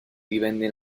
divenne